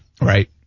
right